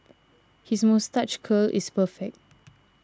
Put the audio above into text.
his moustache curl is perfect